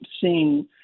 seeing